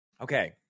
Okay